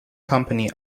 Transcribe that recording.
company